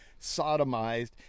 sodomized